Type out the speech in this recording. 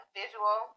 visual